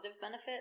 benefit